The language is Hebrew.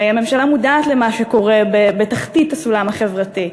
הרי הממשלה מודעת למה שקורה בתחתית הסולם החברתי.